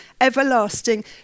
everlasting